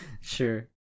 Sure